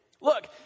Look